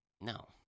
No